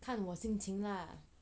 看我心情啦